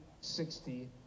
sixty